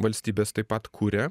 valstybės taip pat kuria